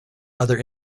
other